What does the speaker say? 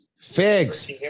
Figs